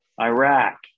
Iraq